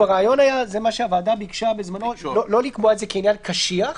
אני חושב שגם בחוק עצמו היה צריך לתקן את סעיף 23,